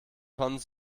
tonnen